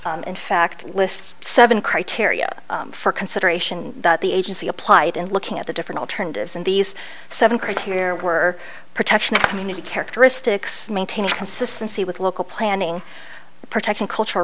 city in fact lists seven criteria for consideration that the agency applied in looking at the different alternatives and these seven criteria were protection of community characteristics maintain consistency with local planning protection culture